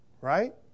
right